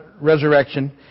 resurrection